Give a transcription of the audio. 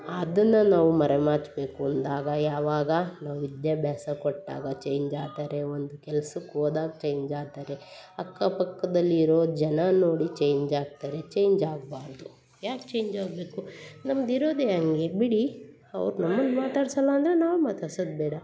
ಅದನ್ನು ನಾವು ಮರೆಮಾಚಬೇಕು ಅಂದಾಗ ಯಾವಾಗ ನಮ್ಮ ವಿದ್ಯಾಭ್ಯಾಸ ಕೊಟ್ಟಾಗ ಚೇಂಜ್ ಆದರೆ ಒಂದು ಕೆಲ್ಸಕ್ಕೆ ಹೋದಾಗ ಚೇಂಜ್ ಆದರೆ ಅಕ್ಕಪಕ್ಕದಲ್ಲಿ ಇರೋ ಜನ ನೋಡಿ ಚೇಂಜ್ ಆಗ್ತಾರೆ ಚೇಂಜ್ ಆಗಬಾರ್ದು ಯಾಕೆ ಚೇಂಜ್ ಆಗಬೇಕು ನಮ್ದು ಇರೋದೆ ಹಂಗೆ ಬಿಡಿ ಅವ್ರು ನಮ್ಮನ್ನ ಮಾತಾಡ್ಸೋಲ್ಲ ಅಂದರೆ ನಾವು ಮಾತಾಡ್ಸೋದು ಬೇಡ